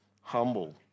humble